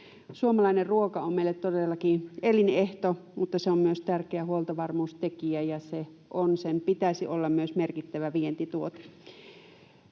Suomalainen ruoka on meille todellakin elinehto, mutta se on myös tärkeä huoltovarmuustekijä, ja sen pitäisi olla myös merkittävä vientituote.